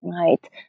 right